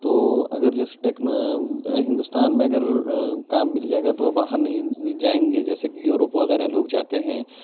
تو اگر جیسے ہندوستان میں اگر کام مل جائے گا تو وہ باہر نہیں جائیں گے جیسے کہ یوروپ وغیرہ لوگ جاتے ہیں